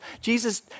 Jesus